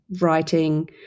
writing